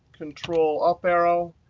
control-up arrow.